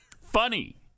funny